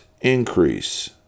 increase